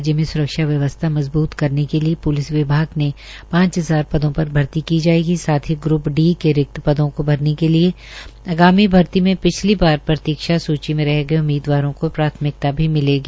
राज्य में सुरक्षा व्यवस्था मजबूत करने के लिए पुलिस विभाग में पांच हजार पदों पर भर्ती की जाएगी साथ ही ग्रुप डी के रिक्त पदों को भरने के लिए आगामी भर्ती में पिछली बार प्रतीक्षा सूची में रह गए उम्मीदवारों को प्राथिमकता भी मिलेगी